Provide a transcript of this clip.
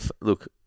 look